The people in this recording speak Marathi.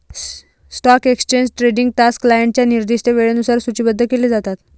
स्टॉक एक्सचेंज ट्रेडिंग तास क्लायंटच्या निर्दिष्ट वेळेनुसार सूचीबद्ध केले जातात